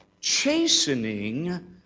Chastening